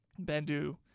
Bendu